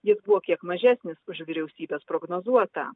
jis buvo kiek mažesnis už vyriausybės prognozuotą